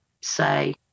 say